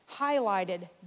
highlighted